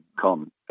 come